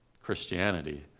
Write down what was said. Christianity